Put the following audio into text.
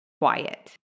quiet